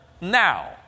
now